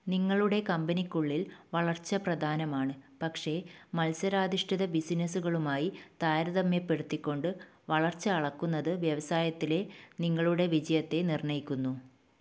നിങ്ങളുടെ കമ്പനിക്കുള്ളിൽ വളർച്ച പ്രധാനമാണ് പക്ഷേ മത്സരാധിഷ്ഠിത ബിസിനസുകളുമായി താരതമ്യപ്പെടുത്തികൊണ്ട് വളർച്ച അളക്കുന്നത് വ്യവസായത്തിലെ നിങ്ങളുടെ വിജയത്തെ നിർണ്ണയിക്കുന്നു